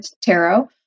tarot